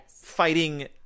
fighting